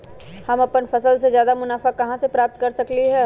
हम अपन फसल से अच्छा मुनाफा कहाँ से प्राप्त कर सकलियै ह?